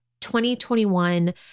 2021